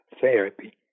therapy